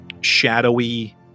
shadowy